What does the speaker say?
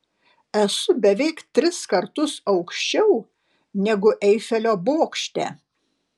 esu beveik tris kartus aukščiau negu eifelio bokšte